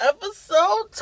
Episode